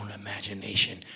imagination